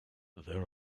their